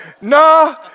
No